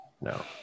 No